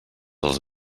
els